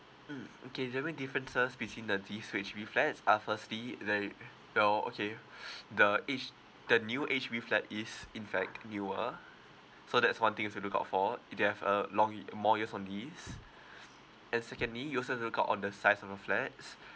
mm okay there are many differences between the three D_H_B flats uh firstly there well okay the H the new H_B flat is in fact newer so that's one thing to lookout for they have uh long more years on lease and secondly you'll also need to look out on the size of the flats